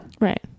Right